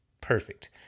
Perfect